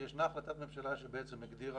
ישנה החלטת ממשלה שהגדירה